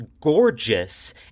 gorgeous